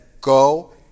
go